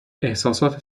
احساسات